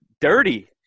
dirty